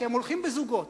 שהם הולכים בזוגות.